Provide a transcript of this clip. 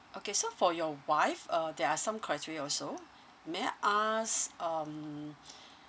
okay so for your wife uh there are some criteria also may I ask um